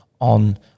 on